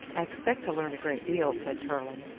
i expect to learn a great deal, said tarling.